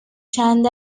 چند